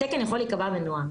תקן יכול להיקבע בנוהל.